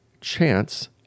chance